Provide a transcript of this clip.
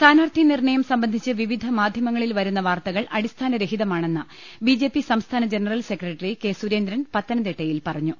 സ്ഥാനാർത്ഥി നിർണയം സംബന്ധിച്ച് വിവിധ മാധ്യമങ്ങളിൽ വരുന്ന വാർത്തകൾ അടിസ്ഥാന രഹിതമാണെന്ന് ബി ജെ പി സംസ്ഥാന ജനറൽ സെക്രട്ടറി കെ സുരേന്ദ്രൻ പത്തനംതിട്ടയിൽ പറഞ്ഞു